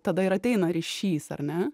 tada ir ateina ryšys ar ne